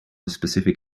specific